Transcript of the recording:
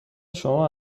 شما